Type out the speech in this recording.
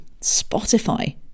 Spotify